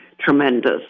tremendous